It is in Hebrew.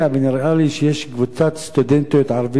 ונראה לי שיש קבוצת סטודנטיות ערביות,